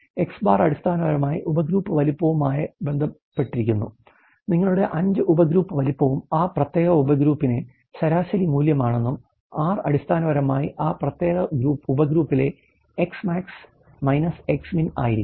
X̄ അടിസ്ഥാനപരമായി ഉപഗ്രൂപ്പ് വലുപ്പവുമായ ബന്ധപ്പെട്ടിരിക്കുന്നു നിങ്ങളുടെ 5 ഉപഗ്രൂപ്പ് വലുപ്പം ആ പ്രത്യേക ഉപഗ്രൂപ്പിന്റെ ശരാശരി മൂല്യമാണെന്നും R അടിസ്ഥാനപരമായി ആ പ്രത്യേക ഉപഗ്രൂപ്പിലെ എക്സ്മാക്സ് എക്സ്മിൻ ആയിരിക്കും